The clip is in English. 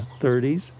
30s